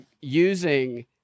using